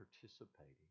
participating